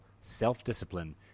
self-discipline